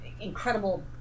incredible